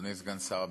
אדוני סגן שר הביטחון,